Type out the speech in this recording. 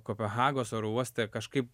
kopehagos oro uoste kažkaip